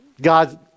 God